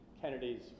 Kennedy's